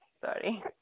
Sorry